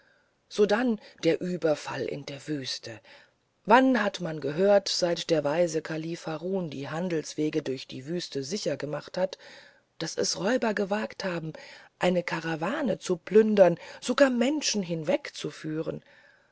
sodann der überfall in der wüste wann hat man gehört seit der weise kalif harun die handelswege durch die wüste gesichert hat daß es räuber gewagt haben eine karawane zu plündern und sogar menschen hinwegzuführen